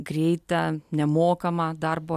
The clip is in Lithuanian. greitą nemokamą darbo